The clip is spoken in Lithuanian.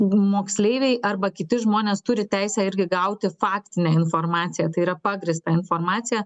moksleiviai arba kiti žmonės turi teisę irgi gauti faktinę informaciją tai yra pagrįstą informaciją